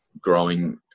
growing